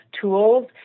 tools